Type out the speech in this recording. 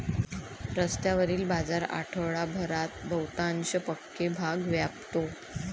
रस्त्यावरील बाजार आठवडाभरात बहुतांश पक्के भाग व्यापतो